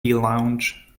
lounge